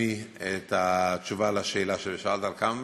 את התשובה לשאלה ששאלת על כמות המפקחים.